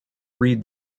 read